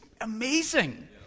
amazing